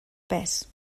pes